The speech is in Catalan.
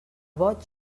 boig